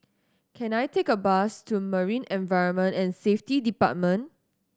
can I take a bus to Marine Environment and Safety Department